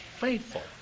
faithful